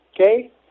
okay